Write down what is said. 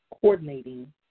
coordinating